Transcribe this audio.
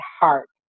heart